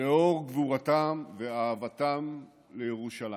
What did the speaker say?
לאור גבורתם ואהבתם לירושלים.